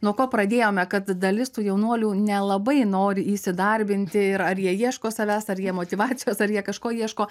nuo ko pradėjome kad dalis tų jaunuolių nelabai nori įsidarbinti ir ar jie ieško savęs ar jie motyvacijos ar jie kažko ieško